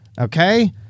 okay